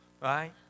right